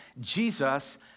Jesus